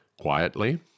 Quietly